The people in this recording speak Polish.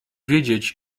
wiedzieć